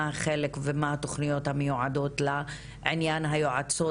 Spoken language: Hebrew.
מה החלק ומה התוכניות המיועדות לענין היועצות